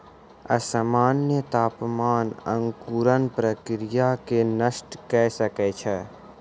असामन्य तापमान अंकुरण प्रक्रिया के नष्ट कय सकै छै